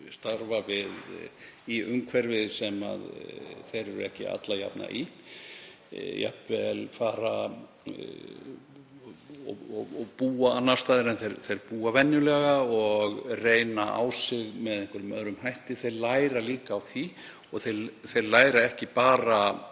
starfa í umhverfi sem þeir eru ekki alla jafna í, jafnvel fara og búa annars staðar en þeir búa venjulega og reyna á sig með einhverjum öðrum hætti. Þeir læra líka á því. Þeir læra ekki bara